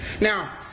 Now